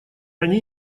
они